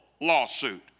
lawsuit